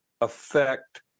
affect